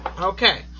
Okay